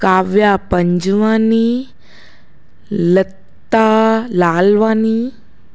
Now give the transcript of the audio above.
Kavya Panjwani Lata Lalwani